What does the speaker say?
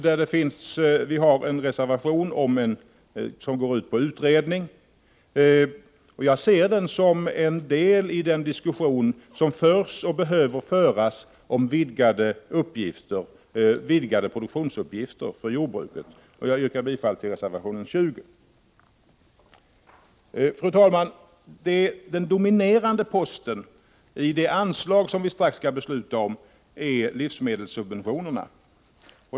Vi har iden frågan en reservation till förmån för utredning. Jag ser den som en del i den diskussion som förs och som behöver föras om vidgade produktionsuppgifter för jordbruket, och jag yrkar bifall till reservationen 20. Fru talman! Den dominerande posten i det anslag som vi strax skall besluta om är livsmedelssubventionerna.